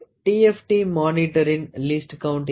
D F T மானிட்டரின் least count என்ன